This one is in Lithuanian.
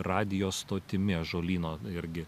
radijo stotimi ąžuolyno irgi